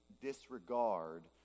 disregard